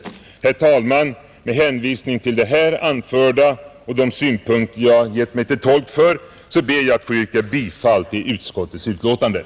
Herr talman! Men hänvisning till det här anförda och de synpunkter jag gjort mig till tolk för ber jag att få yrka bifall till utskottets hemställan.